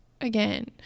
again